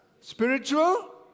spiritual